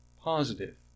positive